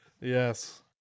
Yes